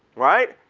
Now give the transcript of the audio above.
right?